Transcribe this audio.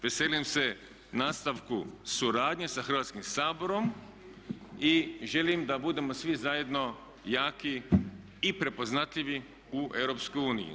Veselim se nastavku suradnje sa Hrvatskim saborom i želim da budemo svi zajedno jaki i prepoznatljivi u EU.